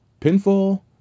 Pinfall